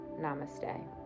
Namaste